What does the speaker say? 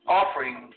offering